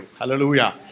Hallelujah